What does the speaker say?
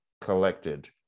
collected